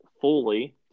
fully